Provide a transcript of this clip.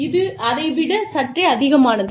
இது அதை விட சற்றே அதிகமானது